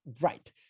Right